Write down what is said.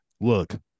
Look